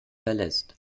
verlässt